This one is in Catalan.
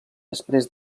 després